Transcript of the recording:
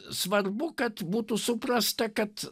svarbu kad būtų suprasta kad